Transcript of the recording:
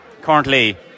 currently